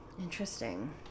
Interesting